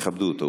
תכבדו אותו.